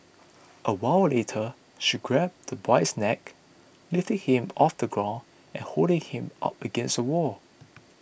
a while later she grabbed the boy's neck lifting him off the ground and holding him up against the wall